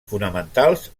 fonamentals